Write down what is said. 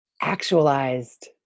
actualized